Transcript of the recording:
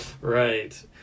right